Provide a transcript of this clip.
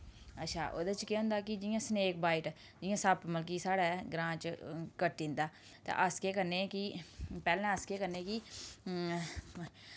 अच्छा ओह्दे च केह् होंदा कि जियां सनेक बाइट इयां सप्प मतलब कि साढै ग्रांऽ च कट्टी जंदा ते अस केह् करने कि पैह्लें अस केह् करने कि